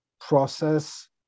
process